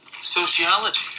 Sociology